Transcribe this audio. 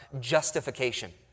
justification